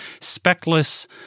speckless